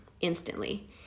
instantly